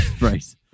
Right